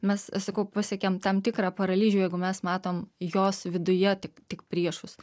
mes aš sakau pasiekiam tam tikrą paralyžių jeigu mes matom jos viduje tik tik priešus